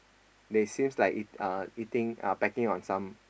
they seems like eat~ uh eating uh pecking on some